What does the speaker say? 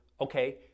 okay